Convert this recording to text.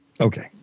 Okay